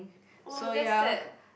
oh that's sad